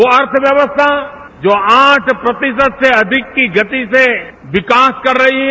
वो अर्थव्यवस्था जो आठ प्रतिशत से अधिक की गति से विकास कर रही है